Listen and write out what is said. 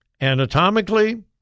Anatomically